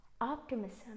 Optimism